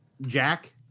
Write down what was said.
Jack